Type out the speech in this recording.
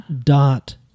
dot